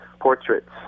portraits